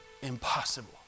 Impossible